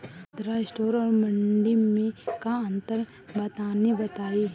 खुदरा स्टोर और मंडी में का अंतर बा तनी बताई?